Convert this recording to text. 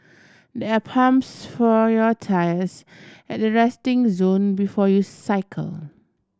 there are pumps for your tyres at the resting zone before you cycle